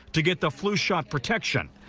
to get the flu shot protection.